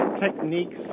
techniques